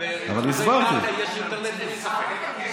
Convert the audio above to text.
יש אינטרנט, אין לי ספק.